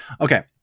okay